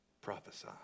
prophesy